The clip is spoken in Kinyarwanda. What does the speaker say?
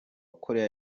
koreya